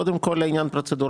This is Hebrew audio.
קודם כל, עניין פרוצדורלי.